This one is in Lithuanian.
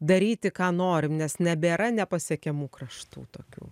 daryti ką norim nes nebėra nepasiekiamų kraštų tokių